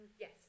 Yes